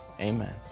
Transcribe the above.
Amen